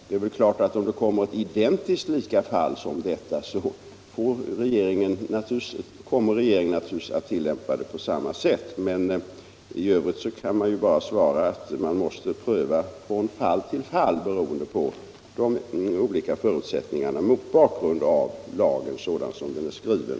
Det är klart att om det blir ett likadant fall som detta kommer regeringen att pröva det på samma sätt. Men i övrigt kan jag bara svara att en prövning måste ske från fall till fall beroende på de olika förutsättningarna och mot bakgrund av lagen sådan den är skriven.